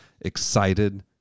excited